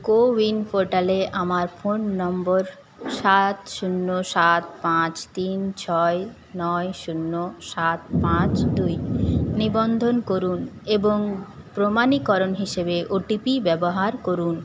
কো win পোর্টালে আমার ফোন নম্বর সাত শূন্য সাত পাঁচ তিন ছয় নয় শূন্য সাত পাঁচ দুই নিবন্ধন করুন এবং প্রমাণীকরণ হিসাবে ওটিপি ব্যবহার করুন